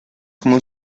cómo